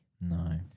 No